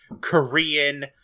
Korean